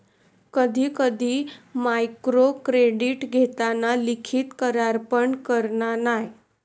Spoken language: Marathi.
कधी कधी मायक्रोक्रेडीट घेताना लिखित करार पण करना नाय